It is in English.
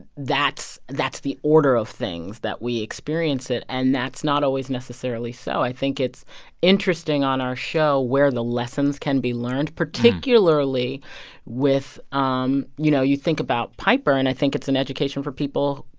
that's that's the order of things that we experience it, and that's not always necessarily so. i think it's interesting on our show where the lessons can be learned, particularly with um you know, you think about piper, and i think it's an education for people,